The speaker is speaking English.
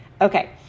Okay